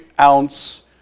ounce